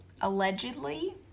Allegedly